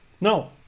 no